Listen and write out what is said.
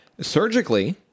Surgically